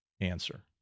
answer